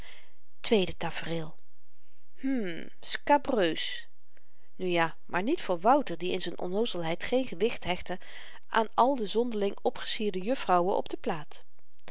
tweede tafereel hm scabreus nu ja maar niet voor wouter die in z'n onnoozelheid geen gewicht hechtte aan al de zonderling opgesierde juffrouwen op de plaat